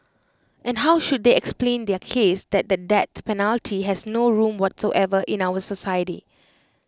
and how should they explain their case that the death penalty has no room whatsoever in our society